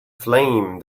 flame